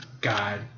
God